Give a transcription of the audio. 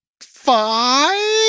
Five